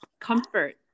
comfort